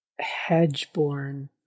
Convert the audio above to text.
Hedge-born